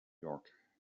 york